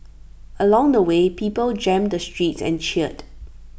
along the way people jammed the streets and cheered